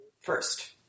first